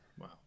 Wow